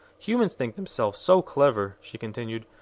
humans think themselves so clever, she continued,